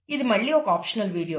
ఇది మళ్లీ ఒక ఆప్షనల్ వీడియో